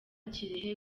kirehe